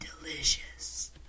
Delicious